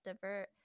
divert